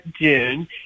June